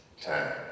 time